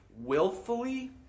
willfully